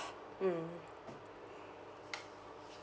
mm